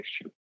issue